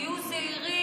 תהיו זהירים,